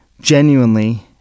genuinely